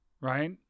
right